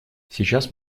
сейчас